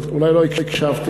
אז אולי לא הקשבתי.